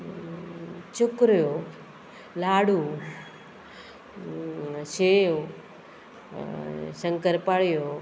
चकऱ्यो लाडू शेव शंकरपाळ्यो